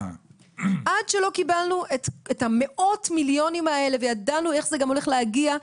עד שלא קיבלנו את המאות מיליונים האלה וידענו איך זה גם הולך להגיע,